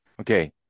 Okay